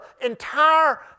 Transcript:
entire